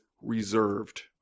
reserved